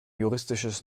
juristisches